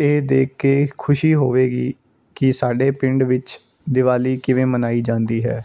ਇਹ ਦੇਖ ਕੇ ਖੁਸ਼ੀ ਹੋਵੇਗੀ ਕਿ ਸਾਡੇ ਪਿੰਡ ਵਿੱਚ ਦੀਵਾਲੀ ਕਿਵੇਂ ਮਨਾਈ ਜਾਂਦੀ ਹੈ